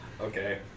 Okay